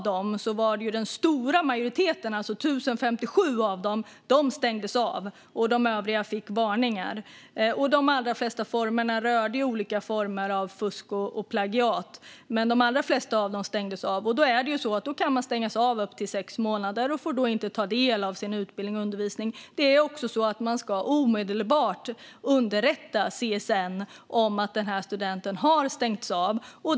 Den stora majoriteten av dem - 1 057 studenter - stängdes av, och de övriga fick varningar. De allra flesta fall rörde olika former av fusk och plagiat. De flesta stängdes alltså av. Man kan stängas av i upp till sex månader och får då inte ta del av sin utbildning och undervisning. CSN ska omedelbart underrättas om att studenten har stängts av.